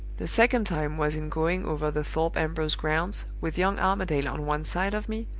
the second time was in going over the thorpe ambrose grounds, with young armadale on one side of me,